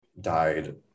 died